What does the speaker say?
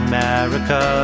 America